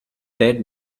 dead